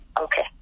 Okay